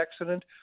accident